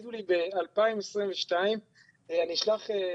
תגידו לי אם ב-2022 אני אשלח,